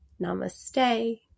Namaste